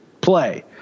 play